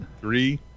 Three